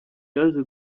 yaje